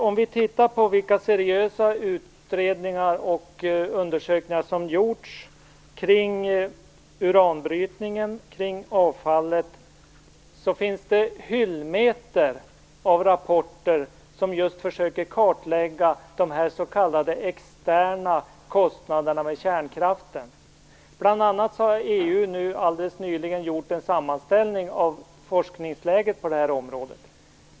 Om vi tittar på vilka seriösa utredningar och undersökningar som gjorts kring uranbrytningen och avfallet kan vi se att det finns hyllmeter av rapporter som just försöker kartlägga de s.k. externa kostnaderna för kärnkraften. Bl.a. har man i EU nyligen gjort en sammanställning av forskningsläget på det här området.